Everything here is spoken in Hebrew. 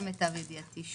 למיטב ידיעתי.